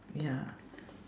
ya